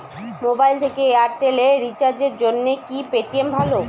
Mobile থেকে Airtel এ রিচার্জের জন্য কি পেটিএম ভালো?